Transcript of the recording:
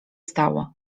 stało